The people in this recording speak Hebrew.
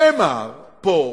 נאמר פה,